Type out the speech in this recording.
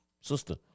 sister